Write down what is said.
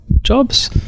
jobs